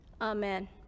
Amen